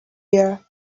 here